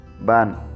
ban